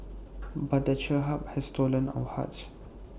but the cherub has stolen our hearts